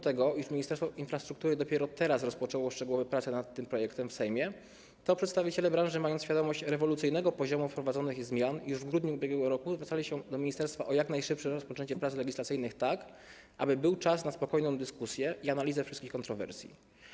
tego, że Ministerstwo Infrastruktury dopiero teraz rozpoczęło szczegółowe prace nad tym projektem w Sejmie, przedstawiciele branży, mając świadomość rewolucyjnego poziomu wprowadzanych zmian, już w grudniu ub.r. zwracali się do ministerstwa o jak najszybsze rozpoczęcie prac legislacyjnych, aby był czas na spokojną dyskusję i analizę wszystkich kontrowersji.